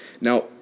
Now